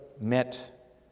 met